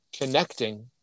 connecting